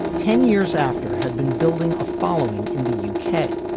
ten years after had been building a following in the u k.